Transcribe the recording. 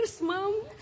mom